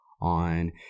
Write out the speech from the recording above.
on